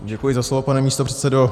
Děkuji za slovo, pane místopředsedo.